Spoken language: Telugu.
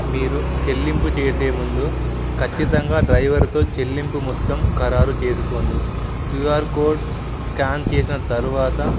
మీరు చెల్లింపు చేసే ముందు ఖచ్చితంగా డ్రైవర్తో చెల్లింపు మొత్తం ఖరారు చేసుకోండి క్యూ ఆర్ కోడ్ స్కాన్ చేసిన తరువాత